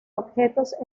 objetos